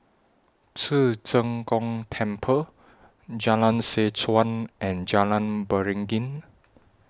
Ci Zheng Gong Temple Jalan Seh Chuan and Jalan Beringin